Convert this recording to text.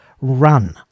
run